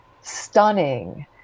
stunning